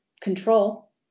control